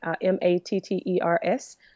M-A-T-T-E-R-S